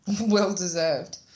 well-deserved